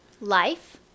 life